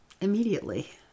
Immediately